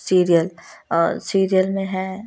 serial serial में है